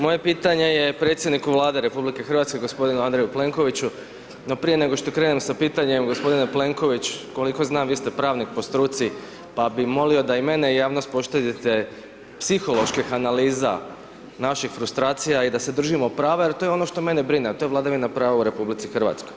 Moje pitanje je predsjedniku Vlade RH, g. Andreju Plenkoviću no prije nego što krenem sa pitanjem, g. Plenković, koliko znam, vi ste pravnik po struci pa bi molio da i mene i javnost poštedite psiholoških analiza naših frustracija i da se držimo prava jer to je ono što mene brine a to je vladavina prava u RH.